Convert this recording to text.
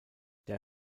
der